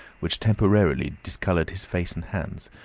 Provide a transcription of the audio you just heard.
which temporarily discoloured his face and hands,